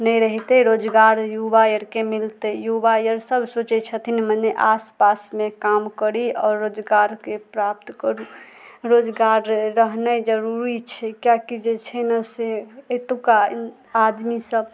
नहि रहितै रोजगार युवा आरके मिलतै युवा आर सब सोचै छथिन मने आसपासमे काम करी आओर रोजगारके प्राप्त करू रोजगार रहनाइ जरूरी छै किएकि जे छै ने से एतुका आदमी सब